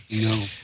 no